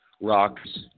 rocks